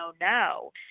no